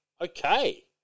Okay